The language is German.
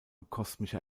kosmischer